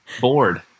Bored